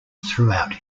throughout